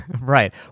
right